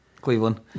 Cleveland